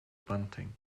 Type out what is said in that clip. bunting